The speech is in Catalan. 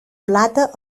plata